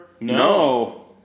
No